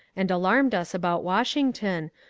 and alarmed us about washington,